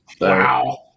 wow